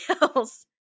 else